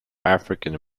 african